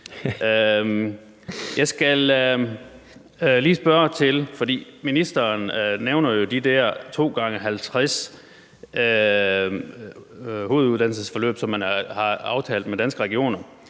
Ministeren nævner jo de der 2 gange 50 hoveduddannelsesforløb, som man har aftalt med Danske Regioner,